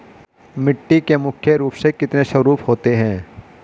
मिट्टी के मुख्य रूप से कितने स्वरूप होते हैं?